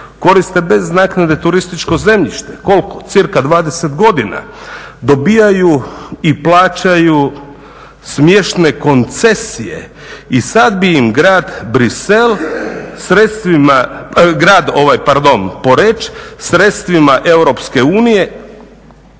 Koriste bez naknade turističko zemljište. Koliko? Cirka 20 godina. Dobijaju i plaćaju smiješne koncesije i sad bi im grad Bruxelles, pardon grad Poreč sredstvima EU fondove koje